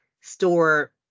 store